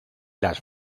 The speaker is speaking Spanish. las